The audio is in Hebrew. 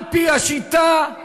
על-פי השיטה,